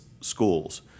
Schools